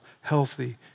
healthy